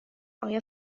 آیا